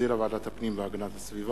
שהחזירה ועדת הפנים והגנת הסביבה.